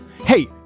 Hey